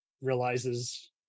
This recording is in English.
realizes